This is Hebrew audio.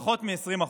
פחות מ-20%.